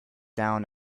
down